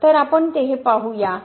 तर आपण हे पाहू या